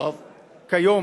כיום,